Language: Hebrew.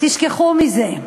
תשכחו מזה.